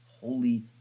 holy